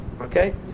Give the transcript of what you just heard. okay